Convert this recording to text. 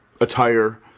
attire